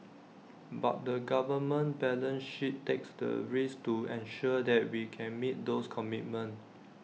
but the government balance sheet takes the risk to ensure that we can meet those commitments